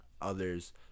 others